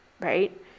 right